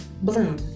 bloom